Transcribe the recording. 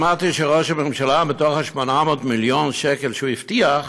שמעתי שראש הממשלה, מה-800 מיליון שקל שהוא הבטיח,